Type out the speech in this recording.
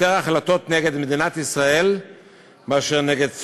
החלטות נגד מדינת ישראל מאשר נגד סוריה,